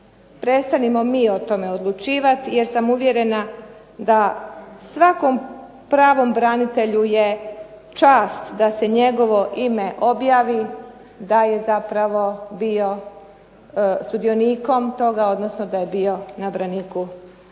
Prestanimo mi o tome odlučivati, jer sam uvjerena da svakom pravom branitelju je čast da se njegovo ime objavi da je bio sudionikom toga, odnosno da je bio na braniku